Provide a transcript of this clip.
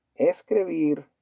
escribir